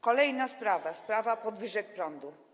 Kolejna sprawa, sprawa podwyżek cen prądu.